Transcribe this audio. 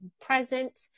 present